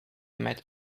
met